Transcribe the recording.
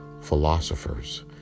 philosophers